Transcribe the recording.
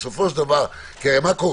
שבסופו של דבר כי הרי מה קורה?